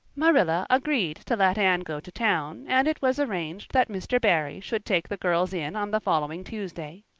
marilla agreed to let anne go to town, and it was arranged that mr. barry should take the girls in on the following tuesday.